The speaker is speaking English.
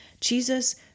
Jesus